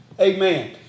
Amen